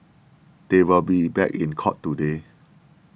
they will be back in court today